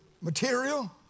material